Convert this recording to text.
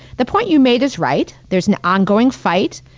the point you made is right. there's an ongoing fight,